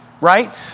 Right